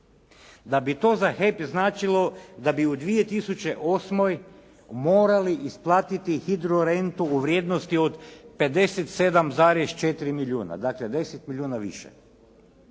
da bi to za HEP značilo da bi u 2008. morali isplatiti hidrorentu u vrijednosti od 57,4 milijuna, dakle 10 milijuna više